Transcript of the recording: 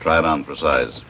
try it on for size